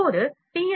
இப்போது பி